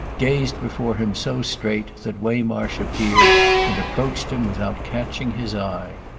gazed before him so straight that waymarsh appeared and approached him without catching his eye.